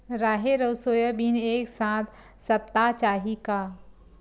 राहेर अउ सोयाबीन एक साथ सप्ता चाही का?